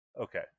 Okay